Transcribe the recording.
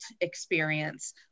experience